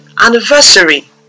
anniversary